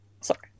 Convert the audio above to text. Sorry